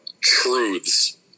truths